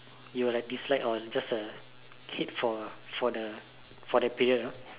you will like dislike on just a hit for for the period know